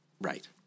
Right